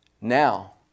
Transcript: Now